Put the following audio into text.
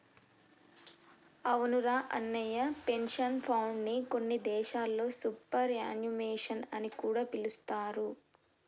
అవునురా అన్నయ్య పెన్షన్ ఫండ్ని కొన్ని దేశాల్లో సూపర్ యాన్యుమేషన్ అని కూడా పిలుస్తారు